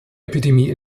epidemie